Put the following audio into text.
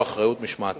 מתקבלות אצל רשמת